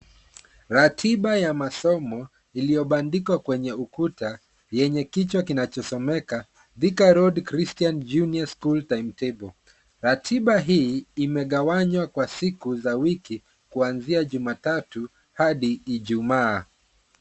Ratiba ya masomo iliyo bandikwa kwenye ukuta yenye kichwa kinachosomeka Thika road Christian junior school timetable . Ratiba hii imegawanywa kwa siku za wiki, Kwanzia Jumatatu hadi Ijumaa.